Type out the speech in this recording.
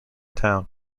town